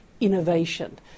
innovation